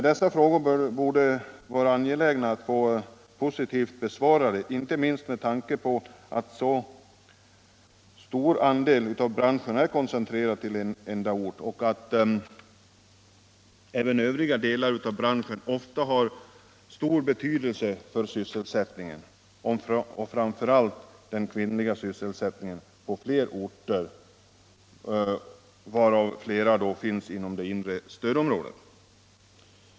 Det borde vara angeläget att få dessa frågor positivt besvarade, inte minst med tanke på att en så stor andel av branschen är koncentrerad till en enda ort och att även övriga delar av branschen ofta har stor betydelse för sysselsättningen, framför allt för kvinnor, på ett antal orter, varav flera ligger inom det inre stödområdet.